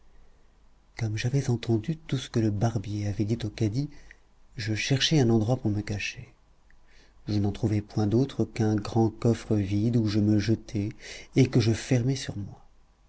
comme j'avais entendu tout ce que le barbier avait dit au cadi je cherchai un endroit pour me cacher je n'en trouvai point d'autre qu'un grand coffre vide où je me jetai et que je fermai sur moi